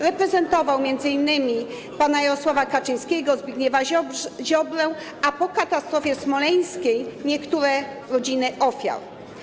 Reprezentował m.in. panów Jarosława Kaczyńskiego i Zbigniewa Ziobrę, a po katastrofie smoleńskiej - niektóre rodziny ofiar.